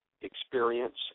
experience